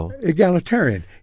Egalitarian